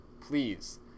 Please